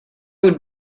would